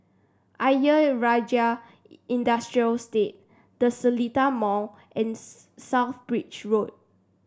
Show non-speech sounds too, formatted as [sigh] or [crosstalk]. Ayer Rajah Industrial Estate The Seletar Mall and [unintelligible] South Bridge Road